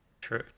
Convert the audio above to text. True